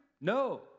No